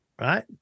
right